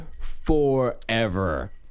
forever